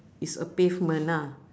it's a pavement lah